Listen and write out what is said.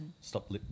Stop